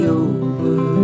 over